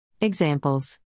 Examples